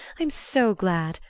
i'm so glad!